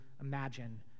imagine